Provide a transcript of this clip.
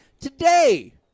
Today